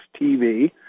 TV